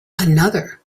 another